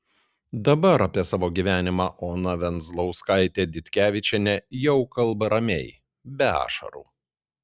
dabar apie savo gyvenimą ona venzlauskaitė ditkevičienė jau kalba ramiai be ašarų